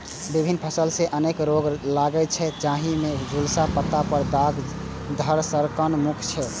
विभिन्न फसल मे अनेक रोग लागै छै, जाहि मे झुलसा, पत्ता पर दाग, धड़ सड़न मुख्य छै